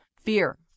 fear